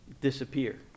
disappear